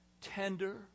tender